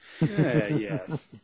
yes